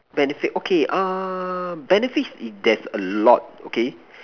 benefit okay uh benefits there's a lot okay